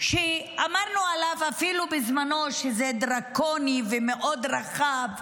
שאמרנו עליו אפילו בזמנו שהוא דרקוני ומאוד רחב,